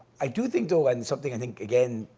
i do think though, and something i think, again,